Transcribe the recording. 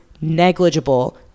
negligible